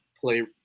play